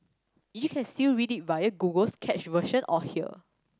you can still read it via Google's cached version or here